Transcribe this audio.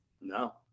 No